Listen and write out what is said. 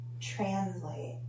translate